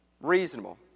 Reasonable